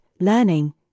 learning